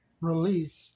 released